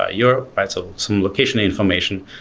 ah europe, right? so some location information.